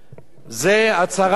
זו הצהרת האו"ם.